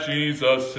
Jesus